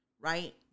Right